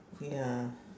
ya